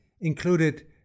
included